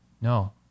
No